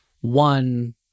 one